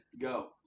Go